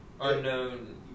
unknown